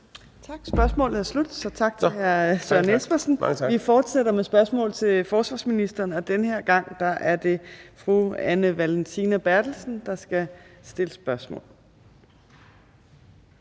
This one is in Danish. Tak. Spørgsmålet er slut, så tak til hr. Søren Espersen. Vi fortsætter med spørgsmål til forsvarsministeren, og den her gang er det fru Anne Valentina Berthelsen, der skal stille spørgsmål.